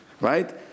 Right